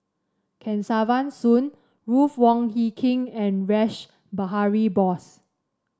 Kesavan Soon Ruth Wong Hie King and Rash Behari Bose